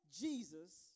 Jesus